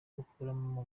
bakuramo